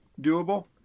doable